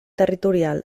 territorial